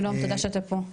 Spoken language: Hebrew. שלום, תודה שאתה פה.